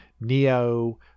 neo